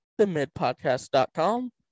themidpodcast.com